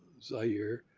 zaire,